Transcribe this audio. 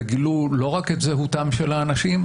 וגילו לא רק את זהותם של האנשים,